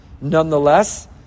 Nonetheless